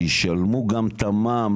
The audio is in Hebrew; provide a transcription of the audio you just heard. אבל אנשים שהולכים למות שישלמו גם את המע"מ.